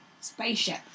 spaceship